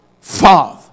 father